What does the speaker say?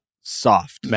soft